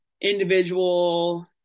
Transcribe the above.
individual